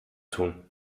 tun